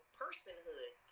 personhood